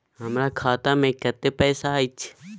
हमरा खाता में कत्ते पाई अएछ?